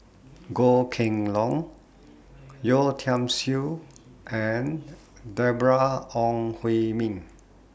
Goh Kheng Long Yeo Tiam Siew and Deborah Ong Hui Min